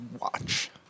watch